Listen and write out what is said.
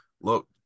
look